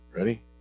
Ready